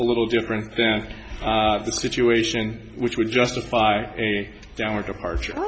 a little different than the situation which would justify a downward departure